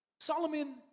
Solomon